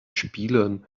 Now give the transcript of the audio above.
spielen